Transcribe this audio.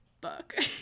book